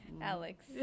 Alex